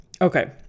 Okay